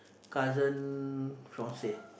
cousin fiancee